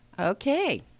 Okay